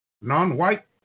non-white